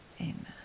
amen